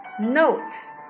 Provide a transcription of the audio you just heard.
notes